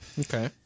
Okay